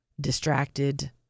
distracted